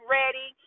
ready